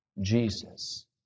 Jesus